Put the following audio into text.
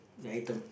the item